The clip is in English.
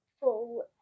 full